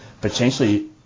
potentially